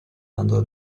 under